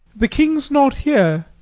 the king's not here.